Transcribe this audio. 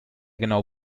genau